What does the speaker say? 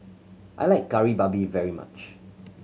I like Kari Babi very much